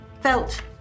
felt